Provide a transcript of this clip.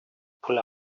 pull